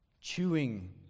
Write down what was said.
Chewing